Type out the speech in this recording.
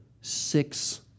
Six